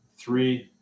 three